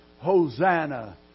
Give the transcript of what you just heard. Hosanna